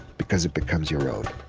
because it becomes your own